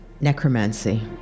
Necromancy